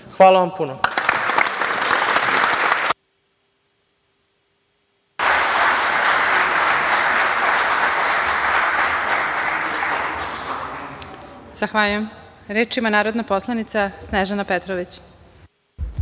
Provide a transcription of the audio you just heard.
Hvala vam puno.